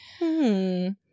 -hmm